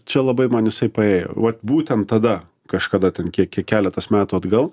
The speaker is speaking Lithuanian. čia labai man jisai paėjo vat būtent tada kažkada ten ke ke keletas metų atgal